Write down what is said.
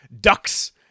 ducks